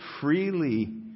freely